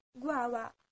guava